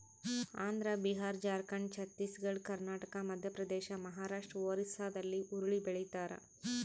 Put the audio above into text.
Andhra Bihar Jharkhand Chhattisgarh Karnataka Madhya Pradesh Maharashtra ಒರಿಸ್ಸಾಲ್ಲಿ ಹುರುಳಿ ಬೆಳಿತಾರ